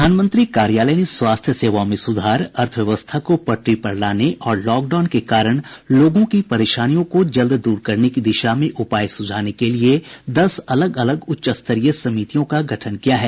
प्रधानमंत्री कार्यालय ने स्वास्थ्य सेवाओं में सुधार अर्थव्यवस्था को पटरी पर लाने और लॉकडाउन के कारण लोगों की परेशानियों को जल्द दूर करने की दिशा में उपाय सुझाने के लिए दस अलग अलग उच्च स्तरीय समितियों का गठन किया है